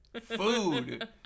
Food